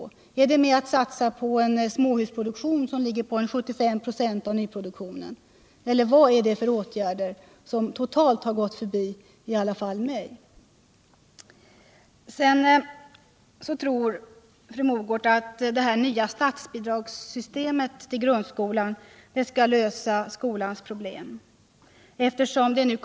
Är det med att satsa på en småhusproduktion som ligger på ca 75 ?6 av nyproduktionen, eller vad är det för åtgärder som totalt har gått förbi i alla fall mig? Sedan tror fru Mogård att det nya systemet för statsbidrag till grundskolan skall lösa skolans problem.